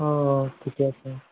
অঁ ঠিকে আছে